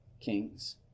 kings